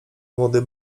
młody